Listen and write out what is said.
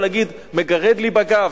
ולהגיד: מגרד לי בגב.